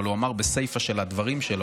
אבל הוא אמר בסיפא של הדברים שלו,